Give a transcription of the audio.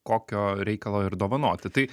kokio reikalo ir dovanoti tai